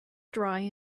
dry